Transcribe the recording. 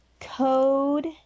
Code